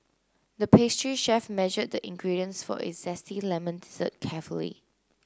the pastry chef measured the ingredients for a zesty lemon dessert carefully